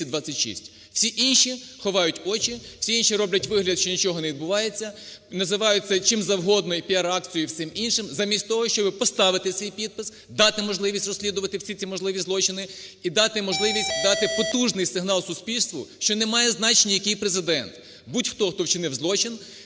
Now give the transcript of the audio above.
всі інші ховають очі, всі інші роблять вигляд, що нічого не відбувається, називають це чим завгодно – і піар-акцією, і всім іншим замість того, щоб поставити свій підпис, дати можливість розслідувати всі ці можливі злочини і дати можливість… дати потужний сигнал суспільству, що не має значення, який Президент, будь-хто, хто вчинив злочин